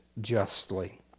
justly